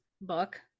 book